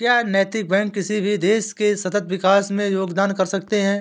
क्या नैतिक बैंक किसी भी देश के सतत विकास में योगदान कर सकते हैं?